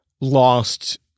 lost